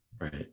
right